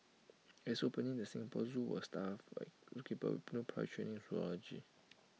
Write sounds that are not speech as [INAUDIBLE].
as opening the Singapore Zoo was staff [UNINTELLIGIBLE] keeper with no prior training in zoology